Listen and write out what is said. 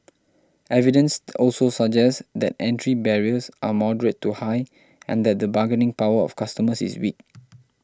evidence also suggests that entry barriers are moderate to high and that the bargaining power of customers is weak